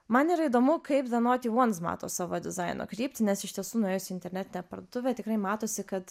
man yra įdomu kaip de noti uans mato savo dizaino kryptį nes iš tiesų nuėjus į internetinę parduotuvę tikrai matosi kad